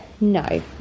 no